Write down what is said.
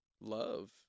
love